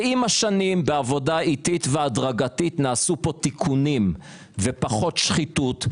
ועם השנים בעבודה איטית והדרגתית נעשו פה תיקונים ופחות שחיתות,